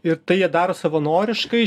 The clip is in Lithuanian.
ir tai jie daro savanoriškai